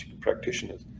practitioners